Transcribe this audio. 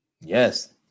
Yes